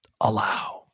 allow